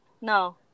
No